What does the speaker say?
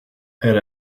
elle